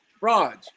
Raj